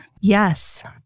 Yes